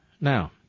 Now